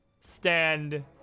stand